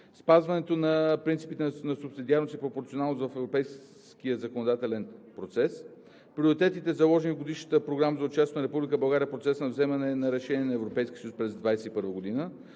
Спазването на принципите на субсидиарност и пропорционалност в европейския законодателен процес; - Приоритетите, заложени в Годишната програма за участието на Република България в процеса на вземане на решения на Европейския съюз през 2021 г.;